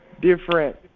different